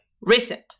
recent